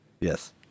Yes